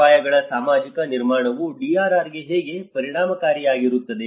ಅಪಾಯಗಳ ಸಾಮಾಜಿಕ ನಿರ್ಮಾಣವು DRR ಗೆ ಹೇಗೆ ಪರಿಣಾಮಕಾರಿಯಾಗಿರುತ್ತದೆ